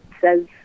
says